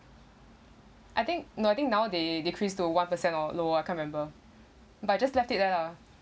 I think now I think now they decrease to one percent or lower I can't remember but I just left it there lah